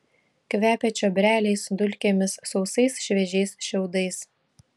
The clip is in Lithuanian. kvepia čiobreliais dulkėmis sausais šviežiais šiaudais